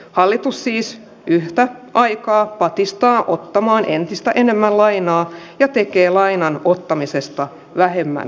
hallitus siis yhtä aikaa patistaa ottamaan entistä enemmän lainaa ja tekee lainan ottamisesta vähemmän